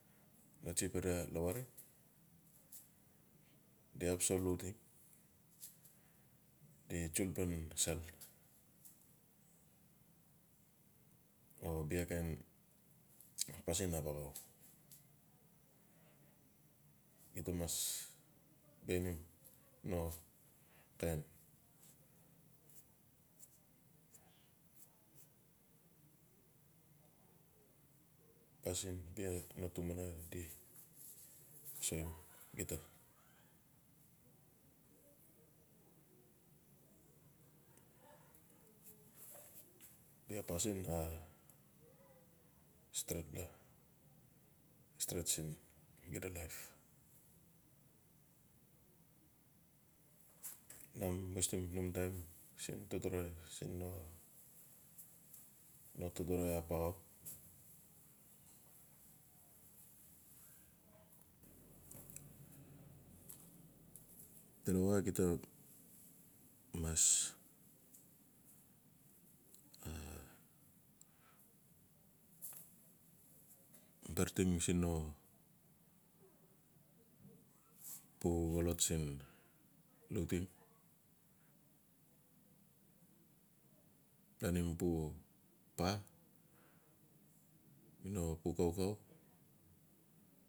Notsii lavareng. tsul pan sel o bia no kain pasin abala di-ga mas biaen no kain pasin bia straightpla talawa gita brateng siin no pu xolot siin lauteng planim pu paa o no pu kaukau.